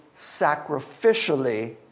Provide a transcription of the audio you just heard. sacrificially